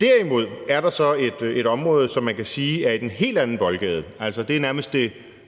Derimod er der et område, som man kan sige er i en helt anden boldgade.